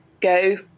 go